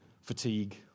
fatigue